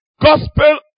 gospel